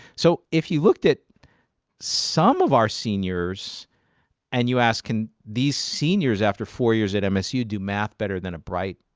so if you looked at some of our seniors and you ask, can these seniors, after four years at at msu, do math better than a bright